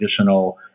additional